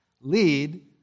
lead